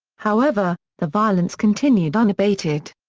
however, the violence continued unabated.